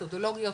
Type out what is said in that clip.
מתודולוגיות,